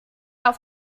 auf